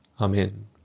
Amen